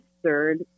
absurd